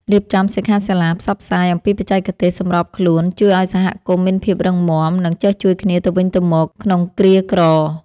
រៀបចំសិក្ខាសាលាផ្សព្វផ្សាយអំពីបច្ចេកទេសសម្របខ្លួនជួយឱ្យសហគមន៍មានភាពរឹងមាំ និង ចេះជួយគ្នាទៅវិញទៅមកក្នុងគ្រាក្រ។